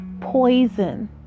poison